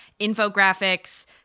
infographics